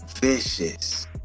vicious